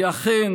היא אכן